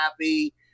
happy